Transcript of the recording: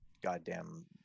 goddamn